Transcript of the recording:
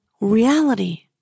reality